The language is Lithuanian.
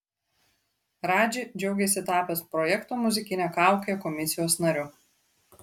radži džiaugiasi tapęs projekto muzikinė kaukė komisijos nariu